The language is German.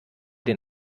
den